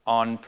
on